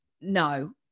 No